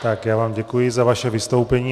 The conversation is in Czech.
Já vám děkuji za vaše vystoupení.